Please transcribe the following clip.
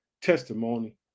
testimony